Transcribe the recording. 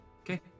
Okay